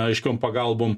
aiškiom pagalbom